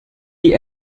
die